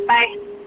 Bye